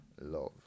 love